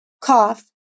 cough